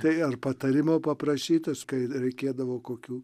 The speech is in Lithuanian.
tai ar patarimo paprašytis kai reikėdavo kokių